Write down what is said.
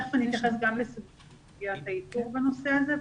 ותיכף אני אתייחס גם לסוגיית האיתור בנושא הזה.